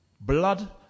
blood